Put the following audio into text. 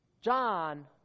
John